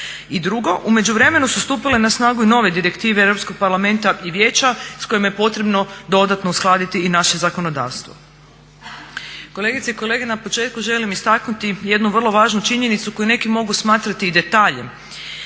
I drugo, u međuvremenu su stupile na snagu nove direktive EU parlamenta i Vijeća s kojima je potrebno dodatno uskladiti i naše zakonodavstvo. Kolegice i kolege, na početku želim istaknuti jednu vrlo važnu činjenicu koju neki mogu smatrati i detaljem,